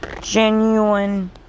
Genuine